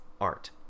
art